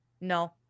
No